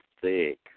thick